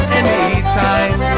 anytime